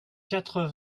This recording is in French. quatre